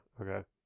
okay